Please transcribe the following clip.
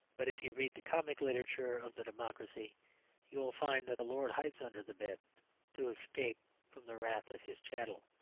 but if you read the comic literature of the democracy you will find that the lord hides under the bed to escape from the wrath of his chattel.